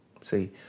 See